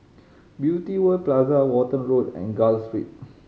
Beauty World Plaza Walton Road and Gul Street